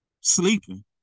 sleeping